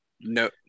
No